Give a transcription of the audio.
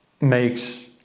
makes